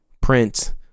print